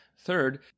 Third